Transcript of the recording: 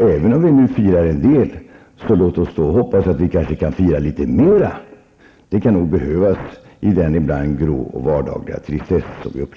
Även om vi nu firar en del, så låt oss hoppas att vi kanske kan fira litet mera. Det kan nog behövas i den ibland grå vardagens tristess som vi upplever.